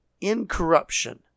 incorruption